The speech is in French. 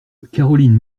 caroline